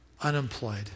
unemployed